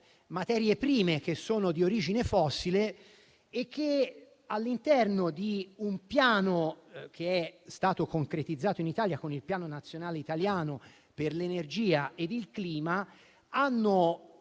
materie prime di origine fossile e che, all'interno di un piano che è stato concretizzato in Italia con il piano nazionale italiano per l'energia e il clima, hanno